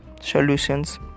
solutions